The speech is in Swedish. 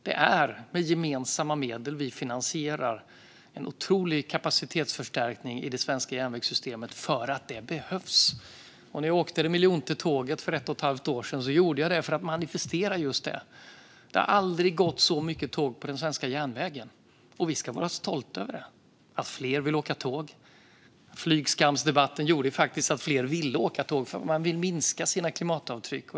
Det är med gemensamma medel som vi finansierar en otrolig kapacitetsförstärkning i det svenska järnvägssystemet för att det behövs. När jag åkte det miljonte tåget för ett och ett halvt år sedan gjorde jag det för att manifestera just detta. Det har aldrig gått så många tåg på den svenska järnvägen, och vi ska vara stolta över det och att fler vill åka tåg. Flygskamsdebatten gjorde faktiskt att fler ville åka tåg för att man vill minska sina klimatavtryck.